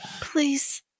Please